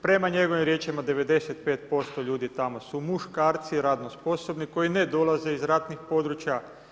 Prema njegovim riječima 95% ljudi tamo su muškarci, radno sposobni, koji ne dolaze iz ratnih područja.